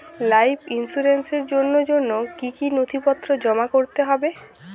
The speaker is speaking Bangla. লাইফ ইন্সুরেন্সর জন্য জন্য কি কি নথিপত্র জমা করতে হবে?